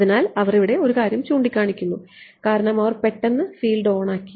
അതിനാൽ അവർ ഇവിടെ ഒരു കാര്യം ചൂണ്ടിക്കാണിക്കുന്നു കാരണം അവർ പെട്ടെന്ന് ഫീൽഡ് ഓൺ ആക്കി